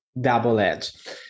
double-edged